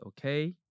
okay